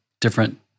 different